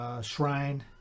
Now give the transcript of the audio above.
Shrine